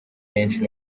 menshi